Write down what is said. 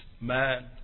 man